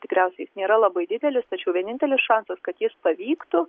tikriausiai nėra labai didelis tačiau vienintelis šansas kad jis pavyktų